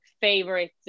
favorite